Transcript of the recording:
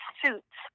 suits